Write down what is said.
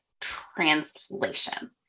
translation